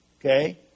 Okay